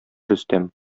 рөстәм